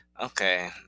Okay